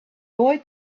boy